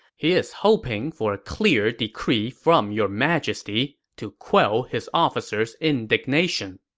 he is hoping for a clear decree from your majesty to quell his officers' indignation.